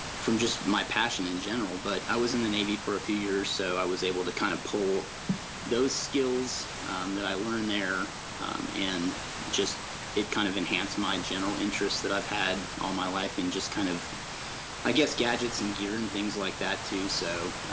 my passion in general, but i was in the navy for a few years. so i was able to kind of pull those skills um that i learned there um and just it kind of enhanced my general interest that i have had on my life and just kind of i guess gadgets and gears and things like that too. so,